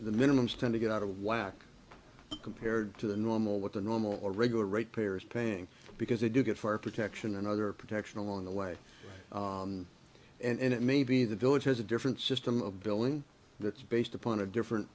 the minimums tend to get out of whack compared to the normal with the normal regular rate payers paying because they do get fire protection and other protection along the way and it may be the village has a different system of billing that's based upon a different